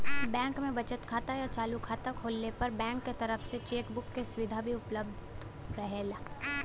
bank में बचत खाता या चालू खाता खोलले पर बैंक के तरफ से चेक बुक क सुविधा भी उपलब्ध रहेला